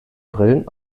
brillen